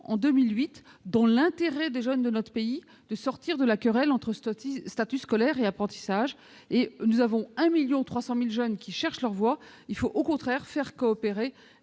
en 2018, dans l'intérêt des jeunes de notre pays, de sortir de la querelle entre statut scolaire et apprentissage. Nous avons 1,3 million de jeunes qui cherchent leur voie ; il faut au contraire faire coopérer